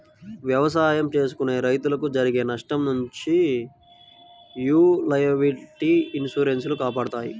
ఎవసాయం చేసుకునే రైతులకు జరిగే నష్టం నుంచి యీ లయబిలిటీ ఇన్సూరెన్స్ లు కాపాడతాయి